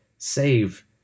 save